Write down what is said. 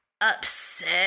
Upset